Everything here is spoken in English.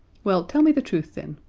well, tell me the truth, then.